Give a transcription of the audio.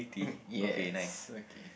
yes okay